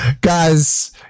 Guys